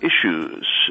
issues